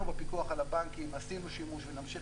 אנחנו בפיקוח על הבנקים עשינו שימוש ונמשיך